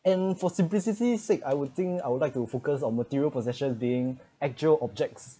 and for simplicity sake I would think I would like to focus on material possessions being actual objects